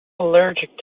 allergic